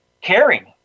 caring